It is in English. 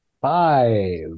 Five